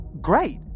Great